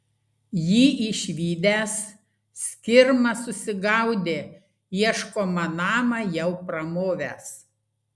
jį išvydęs skirma susigaudė ieškomą namą jau pramovęs